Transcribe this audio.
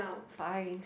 fine